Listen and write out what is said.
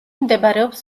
მდებარეობს